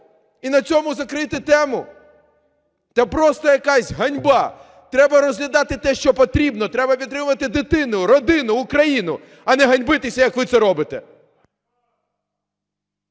і на цьому закрити тему? Та просто якась ганьба! Треба розглядати те, що потрібно. Треба підтримувати дитину, родину, Україну, а не ганьбитися, як ви це робите.